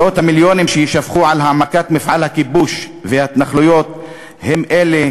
מאות המיליונים שיישפכו על העמקת מפעל הכיבוש וההתנחלויות הם אלה